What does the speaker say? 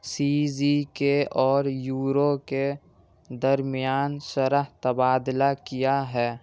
سی Z K اور euro کے درمیان شرح تبادلہ کیا ہے